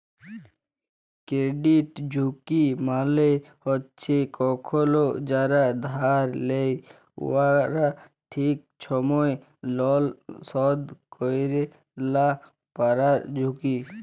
credit ঝুঁকি মালে হছে কখল যারা ধার লেয় উয়ারা ঠিক ছময় লল শধ ক্যইরতে লা পারার ঝুঁকি